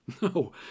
No